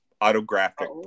autographic